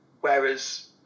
Whereas